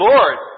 Lord